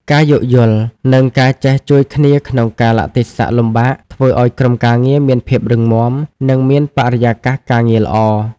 ការយោគយល់ និងការចេះជួយគ្នាក្នុងកាលៈទេសៈលំបាក ធ្វើឱ្យក្រុមការងារមានភាពរឹងមាំ និងមានបរិយាកាសការងារល្អ។